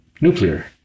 nuclear